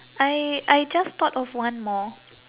I I just thought of one more